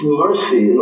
mercy